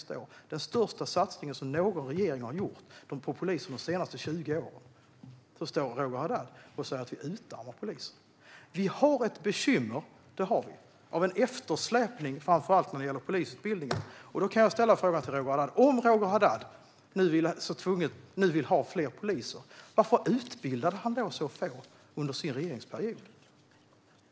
Det är den största satsningen som någon regering har gjort på polisen de senaste 20 åren. Vi har en bekymmersam eftersläpning, framför allt vad gäller polisutbildningen. Låt mig ställa en fråga till Roger Haddad: Om Roger Haddad vill ha fler poliser, varför utbildade ni då så få under er regeringsperiod?